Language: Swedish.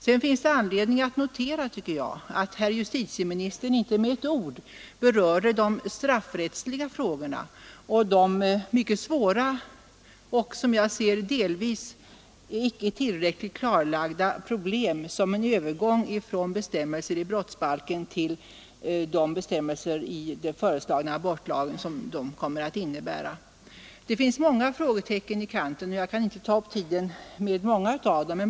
Sedan finns det anledning notera att herr justitieministern inte med ett ord berörde de straffrättsliga frågorna och de mycket svåra och som jag ser det delvis icke tillräckligt klarlagda problem som en övergång från bestämmelser i brottsbalken till bestämmelserna i den föreslagna abortlagen kommer att innebära. Det finns många frågetecken i kanten. Jag kan inte ta upp tiden med alla.